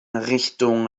richtung